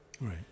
Right